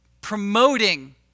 promoting